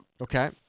Okay